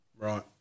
Right